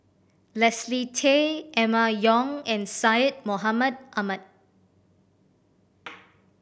Leslie Tay Emma Yong and Syed Mohamed Ahmed